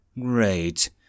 Great